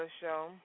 show